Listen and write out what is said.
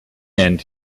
end